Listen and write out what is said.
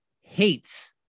hates